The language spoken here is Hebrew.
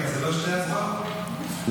התשפ"ג 2023,